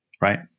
right